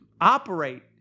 operate